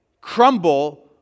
crumble